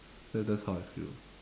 that that's how I feel